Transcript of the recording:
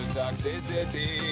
toxicity